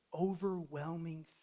overwhelming